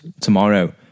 tomorrow